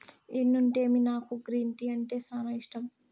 ఎన్నుంటేమి నాకు green tea అంటే సానా ఇష్టం